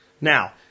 Now